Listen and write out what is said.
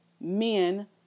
men